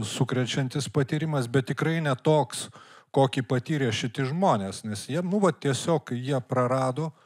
sukrečiantis patyrimas bet tikrai ne toks kokį patyrė šiti žmonės nes jie nu va tiesiog jie prarado